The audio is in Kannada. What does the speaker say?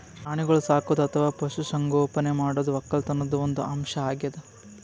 ಪ್ರಾಣಿಗೋಳ್ ಸಾಕದು ಅಥವಾ ಪಶು ಸಂಗೋಪನೆ ಮಾಡದು ವಕ್ಕಲತನ್ದು ಒಂದ್ ಅಂಶ್ ಅಗ್ಯಾದ್